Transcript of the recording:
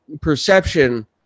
perception